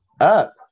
up